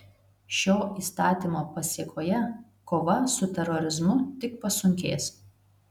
šio įstatymo pasėkoje kova su terorizmu tik pasunkės